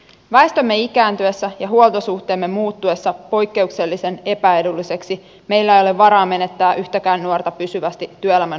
väestömme ikääntyessä ja huoltosuhteemme muuttuessa poikkeuksellisen epäedulliseksi meillä ei ole varaa menettää yhtäkään nuorta pysyvästi työelämän ulkopuolelle